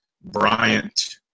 Bryant